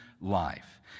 life